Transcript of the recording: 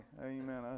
Amen